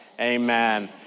Amen